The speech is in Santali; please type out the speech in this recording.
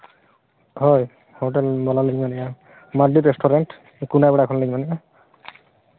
ᱦᱳᱭ ᱦᱳᱴᱮᱞ ᱵᱟᱞᱟ ᱞᱤᱧ ᱢᱮᱱᱮᱜᱼᱟ ᱢᱟᱨᱰᱤ ᱨᱮᱥᱴᱩᱨᱮᱱᱴ ᱠᱩᱱᱟᱵᱮᱲᱟ ᱠᱷᱚᱱᱞᱤᱧ ᱢᱮᱱ ᱮᱜᱼᱟ